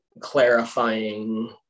clarifying